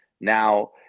now